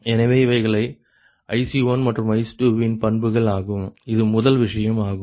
எனவே இவைகளே IC1 மற்றும் IC2 வின் பண்புகள் ஆகும் இது முதல் விஷயம் ஆகும்